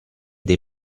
dei